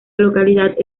localidad